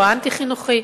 או האנטי-חינוכי.